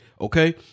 Okay